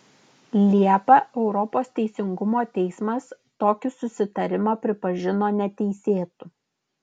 liepą europos teisingumo teismas tokį susitarimą pripažino neteisėtu